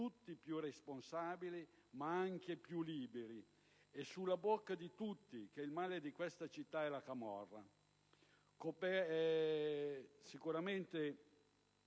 tutti più responsabili, ma anche più liberi. È sulla bocca di tutti che il male di questa città è la camorra,